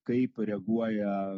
kaip reaguoja